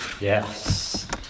yes